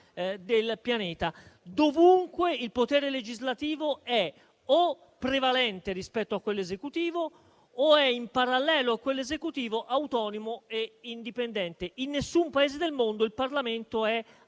del pianeta. Dovunque il potere legislativo è o prevalente rispetto a quello esecutivo o è, in parallelo con l'esecutivo, autonomo e indipendente. In nessun Paese del mondo il Parlamento è